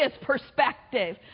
perspective